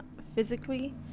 physically